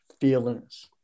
feelings